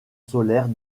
solaire